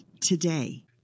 today